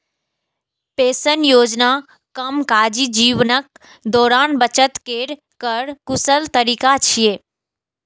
pension योजना कामकाजी जीवनक दौरान बचत केर कर कुशल तरीका छियै